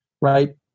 Right